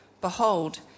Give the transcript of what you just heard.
Behold